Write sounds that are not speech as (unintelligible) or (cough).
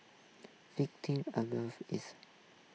victim (unintelligible) is